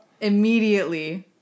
Immediately